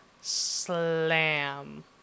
slam